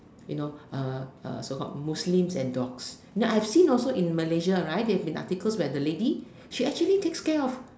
you know so called Muslim and dogs you know I've seen also in Malaysia right there's an article where the lady she actually takes care of